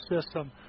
system